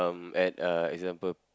um at uh example